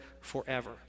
forever